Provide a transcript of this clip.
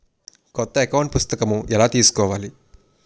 కొత్త అకౌంట్ పుస్తకము ఎలా తీసుకోవాలి?